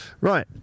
Right